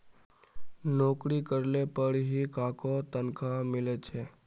नोकरी करले पर ही काहको तनखा मिले छे